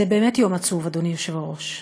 זה באמת יום עצוב, אדוני היושב-ראש.